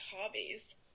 hobbies